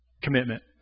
commitment